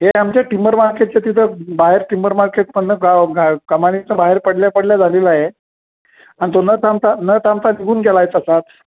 हे आमचे टिंबर मार्केटच्या तिथं बाहेर टिंबर मार्केटमधून गाव ग कमानीच्या बाहेर पडल्या पडल्या झालेलं आहे आणि तो न थांबता न तर थांबता निघून गेला आहे असा तर